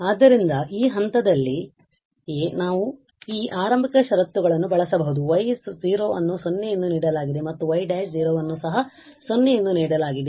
ಆದ್ದರಿಂದ ಈ ಹಂತದಲ್ಲಿಯೇ ನಾವು ಈ ಆರಂಭಿಕ ಷರತ್ತುಗಳನ್ನು ಬಳಸಬಹುದು y ಅನ್ನು 0 ಎಂದು ನೀಡಲಾಗಿದೆ ಮತ್ತು y′ ಅನ್ನು ಸಹ 0 ಎಂದು ನೀಡಲಾಗಿದೆ